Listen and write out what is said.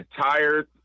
tired